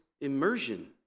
immersion